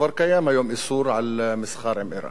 שכבר קיים היום איסור על מסחר עם אירן.